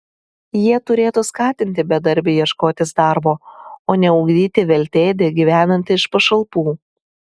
jie turėtų skatinti bedarbį ieškotis darbo o ne ugdyti veltėdį gyvenantį iš pašalpų